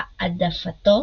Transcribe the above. והעדפתו